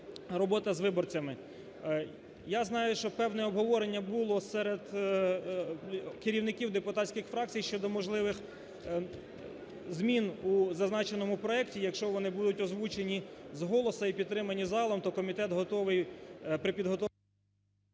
робота з виборцями. Я знаю, що певне обговорення було серед керівників депутатських фракцій щодо можливих змін у зазначеному проекті, якщо вони будуть озвучені з голосу і підтримані залом, то комітет готовий при…